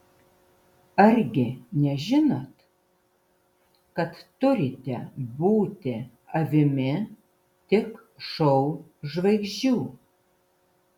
argi nežinot kad turite būti avimi tik šou žvaigždžių